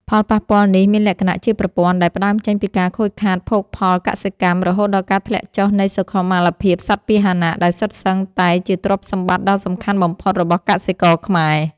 ផលប៉ះពាល់នេះមានលក្ខណៈជាប្រព័ន្ធ ដែលផ្ដើមចេញពីការខូចខាតភោគផលកសិកម្ម រហូតដល់ការធ្លាក់ចុះនៃសុខុមាលភាពសត្វពាហនៈ ដែលសុទ្ធសឹងតែជាទ្រព្យសម្បត្តិដ៏សំខាន់បំផុតរបស់កសិករខ្មែរ។